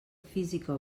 física